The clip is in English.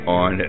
on